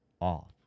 off